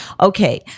Okay